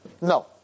No